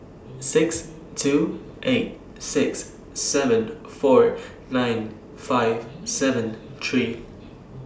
six two eight six seven four nine five seven three